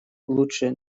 лучше